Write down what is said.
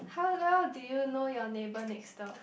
how well do you know your neighbour next door